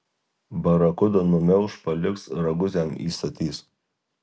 barakuda numelš paliks ragus jam įstatys